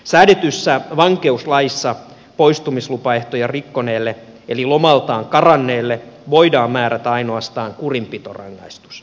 säädetyssä vankeuslaissa poistumislupaehtoja rikkoneelle eli lomaltaan karanneelle voidaan määrätä ainoastaan kurinpitorangaistus